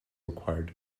required